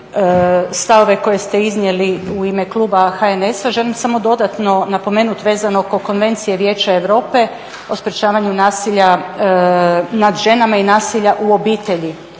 stavove koje ste iznijeli u ime kluba HNS-a želim samo dodatno napomenuti vezano oko Konvencije Vijeća Europe o sprječavanju nasilja nad ženama i nasilja u obitelji.